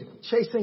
chasing